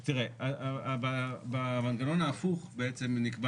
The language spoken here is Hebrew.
תראה, במנגנון ההפוך בעצם נקבע